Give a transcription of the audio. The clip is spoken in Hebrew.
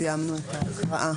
סיימנו את ההקראה.